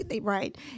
right